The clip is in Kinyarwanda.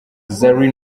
zari